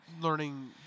learning